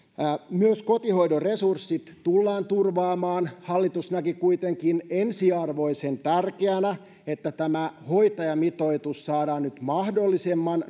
myös kotihoidon resurssit tullaan turvaamaan hallitus näki kuitenkin ensiarvoisen tärkeänä että tämä hoitajamitoitus saadaan nyt mahdollisimman